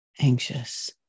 anxious